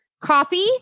coffee